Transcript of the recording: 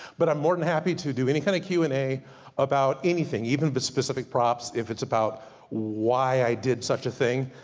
but i'm more than happy to do, any kind of q and a about anything, even the specific props. if it's about why i did such a thing.